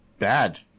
bad